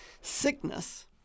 sickness